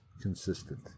consistent